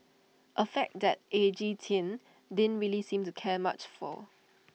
A fact that edgy teen didn't really seem to care much for